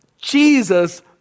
Jesus